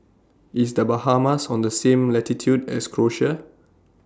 IS The Bahamas on The same latitude as Croatia